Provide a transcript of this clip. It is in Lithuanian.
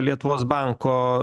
lietuvos banko